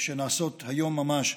שנעשות היום ממש.